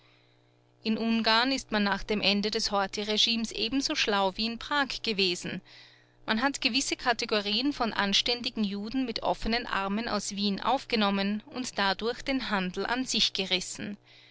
in ungarn ist man nach dem ende des horthy regimes ebenso schlau wie in prag gewesen man hat gewisse kategorien von anständigen juden mit offenen armen aus wien aufgenommen und dadurch den handel an sich gerissen